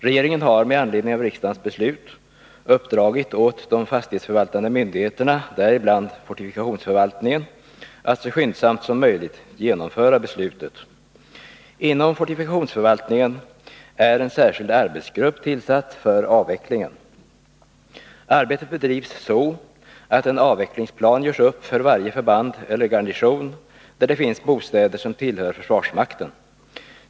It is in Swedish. Regeringen har med anledning av riksdagens beslut uppdragit åt de fastighetsförvaltande myndigheterna, däribland fortifikationsförvaltningen, att så skyndsamt som möjligt genomföra beslutet. Inom fortifikationsförvaltningen är en särskild arbetsgrupp tillsatt för avvecklingen. Arbetet bedrivs så att en avvecklingsplan görs upp för varje förband eller garnison där det finns bostäder som tillhör försvarsmakten.